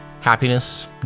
Happiness